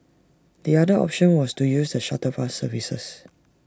the other option was to use the shuttle bus services